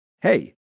Hey